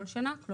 כל שנה,